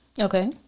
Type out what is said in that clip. okay